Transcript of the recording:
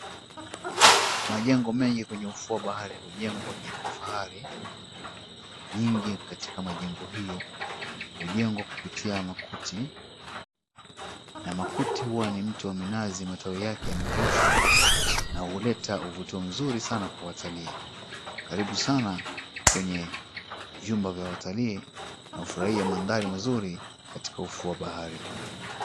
Majengo mengi kwenye ufuo wa bahari hujengwa kwa kifahari. Nyingi katika majengo hio hujengwa kupitia makuti na makuti huwa ni mti wa minazi matawi yake yamekaushwa na huleta uvutio mzuri sana kwa watalii. Karibu sana kwenye vyumba vya watalii na ufurahie mandhari mazuri katika ufuo wa bahari.